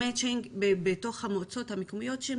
למצ'ינג בתוך המועצות המקומיות שהן